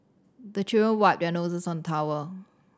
the children wipe their noses on towel